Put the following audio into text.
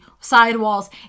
sidewalls